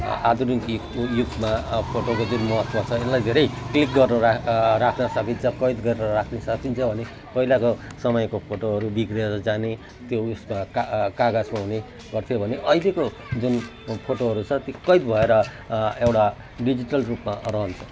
आधुनिक युग युगमा फोटोको त्यति महत्त्व छ यसलाई धेरै क्लिक गरेर राख्न सकिन्छ कैद गरेर राख्न सकिन्छ भने पहिलाको समयको फोटोहरू बिग्रेर जाने त्यो ऊ यस्तो का कागजको हुने गर्थ्यो भने अहिलेको जुन फोटोहरू छ ती कैद भएर एउटा डिजिटल रूपमा रहन्छ